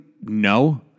no